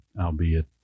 albeit